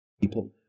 People